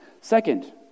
Second